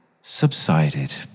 subsided